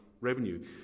revenue